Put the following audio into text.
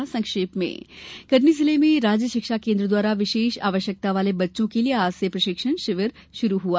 समाचार संक्षेप में कटनी जिले में राज्य शिक्षा केन्द्र द्वारा विशेष आवश्यकता वाले बच्चों के लिए आज से प्रशिक्षण शिविर शुरू हआ